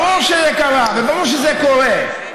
ברור שזה קרה וברור שזה קורה.